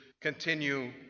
continue